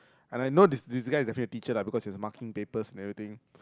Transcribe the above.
and I know this guy is a math teacher because he was marking papers and everything